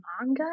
manga